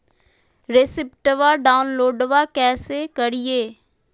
रेसिप्टबा डाउनलोडबा कैसे करिए?